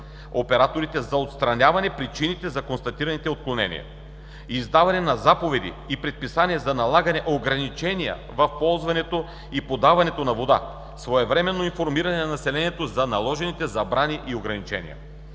операторите за отстраняване причините за констатираните отклонения; издаване на заповеди и предписания за налагане на ограничения в ползването и подаването на вода, своевременно информиране на населението за наложените забрани и ограничения.